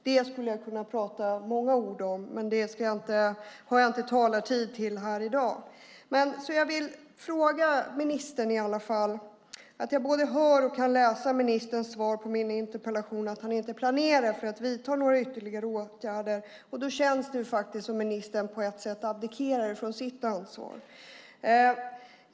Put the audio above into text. Det skulle jag kunna säga många ord om, men det har jag inte talartid till här i dag. Jag hör av ministerns svar på min interpellation att han inte planerar att vidta några ytterligare åtgärder. Då känns det som att ministern på ett sätt abdikerar från sitt ansvar.